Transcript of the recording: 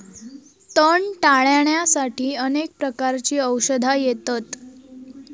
तण टाळ्याण्यासाठी अनेक प्रकारची औषधा येतत